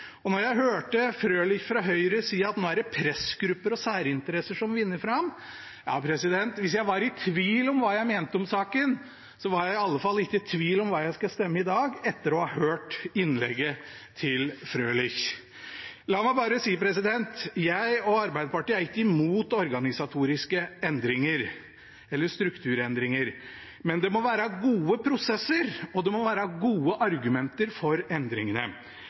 jeg representanten Frølich fra Høyre si at det nå var pressgrupper og særinteresser som vinner fram. Hvis jeg var i tvil om hva jeg mente om saken, var jeg i alle fall ikke i tvil om hva jeg skal stemme i dag, etter å ha hørt innlegget til representanten Frølich. La meg bare si at jeg og Arbeiderpartiet ikke er imot organisatoriske endringer eller strukturendringer. Men det må være gode prosesser, og det må være gode argumenter for endringene.